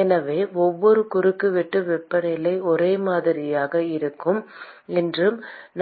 எனவே ஒவ்வொரு குறுக்குவெட்டும் வெப்பநிலை ஒரே மாதிரியாக இருக்கும் என்று